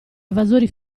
evasori